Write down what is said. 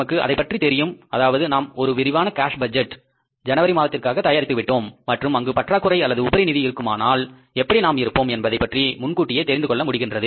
நமக்கு அதைப் பற்றி தெரியும் அதாவது நாம் ஒரு விரிவான கேஸ்பட்ஜெட்டை ஜனவரி மாதத்திற்காக தயாரித்து விட்டோம் மற்றும் அங்கு பற்றாக்குறை அல்லது உபரி நிதி இருக்குமானால் எப்படி நாம் இருப்போம் என்பதை பற்றி முன்கூட்டியே தெரிந்துகொள்ள முடிகின்றது